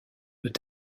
peut